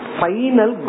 final